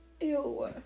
Ew